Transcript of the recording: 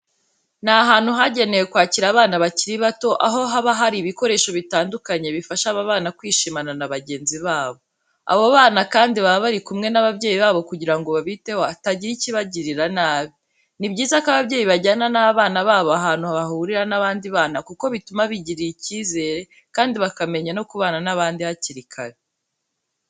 Ni ahantu hagenewe kwakira abana bakiri bato, aho haba hari ibikoresho bitandukanye bifasha aba bana kwishimana na bagenzi babo. Abo bana kandi baba bari kumwe n'ababyeyi babo kugira ngo babiteho hatagira ikibagirira nabi. Ni byiza ko ababyeyi bajyana abana babo ahantu bahurira n'abandi bana kuko bituma bigirira icyizere kandi bakamenya no kubana n'abandi hakiri kare.